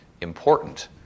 important